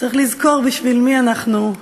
צריך לזכור בשביל מי אנחנו,